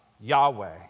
Yahweh